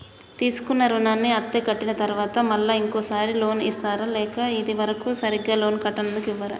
తీసుకున్న రుణాన్ని అత్తే కట్టిన తరువాత మళ్ళా ఇంకో సారి లోన్ ఇస్తారా లేక ఇది వరకు సరిగ్గా లోన్ కట్టనందుకు ఇవ్వరా?